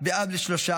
ואב לשלושה.